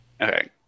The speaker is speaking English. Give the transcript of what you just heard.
okay